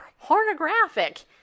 pornographic